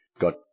got